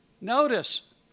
notice